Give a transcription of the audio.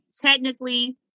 technically